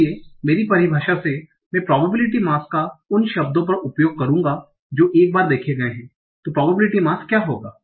इसलिए मेरी परिभाषा से मैं probability mass का उन शब्दो पर उपयोग करुंगा जो एक बार देखे गए हैं तो probability mass क्या होगा